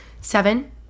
seven